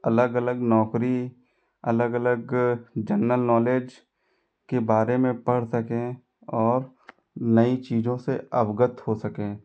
अलग अलग नौकरी अलग अलग जनरल नॉलेज के बारे में पढ़ सकें और नई चीज़ों से अवगत हो सकें